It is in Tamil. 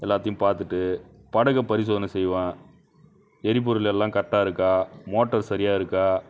எல்லாத்தையும் பார்த்துட்டு படகை பரிசோதனை செய்வேன் எரிபொருள் எல்லாம் கரெக்டாக இருக்கா மோட்டர் சரியாக இருக்கா